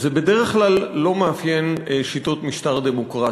וזה בדרך כלל לא מאפיין שיטות משטר דמוקרטיות.